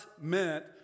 meant